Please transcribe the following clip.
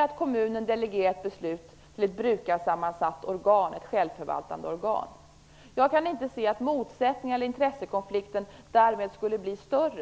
att en kommun delegerar ett beslut till ett brukarsammansatt och självförvaltande organ. Jag kan inte se att motsättningarna eller intressekonflikten därmed skulle bli större.